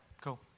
cool